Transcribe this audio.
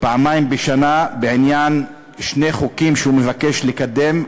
פעמיים בשנה, בעניין שני חוקים שהוא מבקש לקדם.